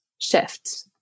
shift